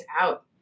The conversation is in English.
out